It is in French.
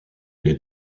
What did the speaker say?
les